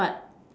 but